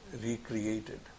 recreated